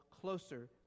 closer